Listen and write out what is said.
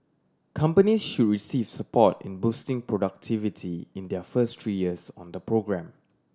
companies should receive support in boosting productivity in their first three years on the programme